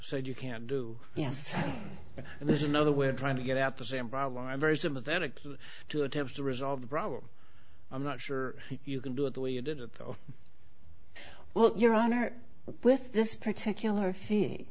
said you can do yes but there's another way of trying to get at the same problem i'm very sympathetic to attempts to resolve the problem i'm not sure you can do it the way you did it well your honor with this particular fe